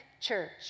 church